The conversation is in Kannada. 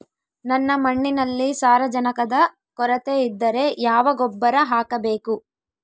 ನನ್ನ ಮಣ್ಣಿನಲ್ಲಿ ಸಾರಜನಕದ ಕೊರತೆ ಇದ್ದರೆ ಯಾವ ಗೊಬ್ಬರ ಹಾಕಬೇಕು?